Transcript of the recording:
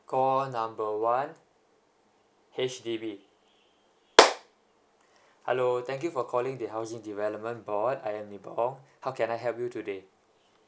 call number one each H_D_B hello thank you for calling the housing development board I am nibal how can I help you today